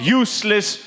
useless